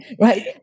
Right